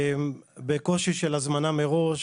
בקושי של הזמנה מראש,